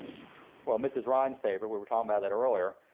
well, mrs. rind's paper, we were talking about that earlier,